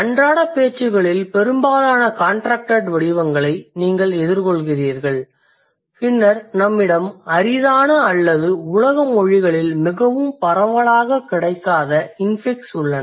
அன்றாட பேச்சுகளில் பெரும்பாலான காண்ட்ரக்டட் வடிவங்களை நீங்கள் எதிர்கொள்கிறீர்கள் பின்னர் நம்மிடம் அரிதான அல்லது உலக மொழிகளில் மிகவும் பரவலாகக் கிடைக்காத இன்ஃபிக்ஸ் உள்ளன